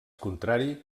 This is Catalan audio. contrari